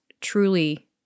truly